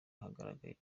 ahagaragaye